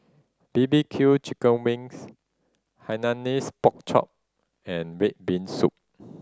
B B Q chicken wings Hainanese Pork Chop and red bean soup